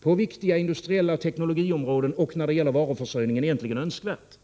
på viktiga industriella och tekniska områden och när det gäller varuförsörjningen är någonting önskvärt.